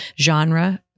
genre